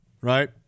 Right